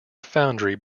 foundry